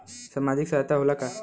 सामाजिक सहायता होला का?